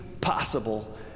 possible